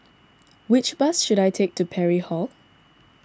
which bus should I take to Parry Hall